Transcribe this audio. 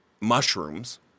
mushrooms